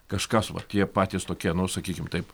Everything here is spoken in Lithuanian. kažkas vat jie patys tokie nu sakykim taip